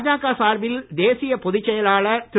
பாஜக சார்பில் அதன் தேசிய பொதுச்செயலாளர் திரு